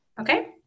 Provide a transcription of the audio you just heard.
Okay